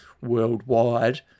worldwide